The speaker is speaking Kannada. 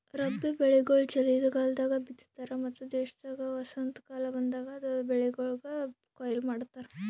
ರಬ್ಬಿ ಬೆಳಿಗೊಳ್ ಚಲಿಗಾಲದಾಗ್ ಬಿತ್ತತಾರ್ ಮತ್ತ ದೇಶದ ವಸಂತಕಾಲ ಬಂದಾಗ್ ಬೆಳಿಗೊಳಿಗ್ ಕೊಯ್ಲಿ ಮಾಡ್ತಾರ್